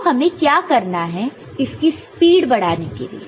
तो हमें क्या करना है इसकी स्पीड बढ़ाने के लिए